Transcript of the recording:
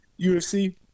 UFC